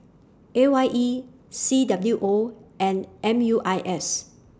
A Y E C W O and M U I S